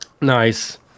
Nice